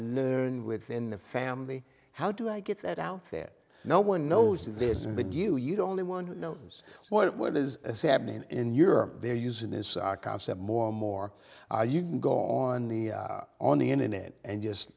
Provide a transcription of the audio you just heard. learned within the family how do i get that out there no one knows this and that you you'd only one who knows what it was as happening in your they're using this concept more and more you can go on the on the internet and just